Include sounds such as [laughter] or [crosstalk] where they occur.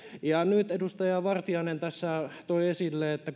nyt edustaja vartiainen tässä toi esille että [unintelligible]